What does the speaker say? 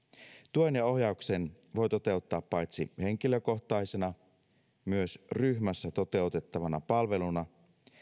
tuen ja ohjauksen voi toteuttaa paitsi henkilökohtaisena myös ryhmässä toteutettavana palveluna